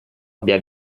abbia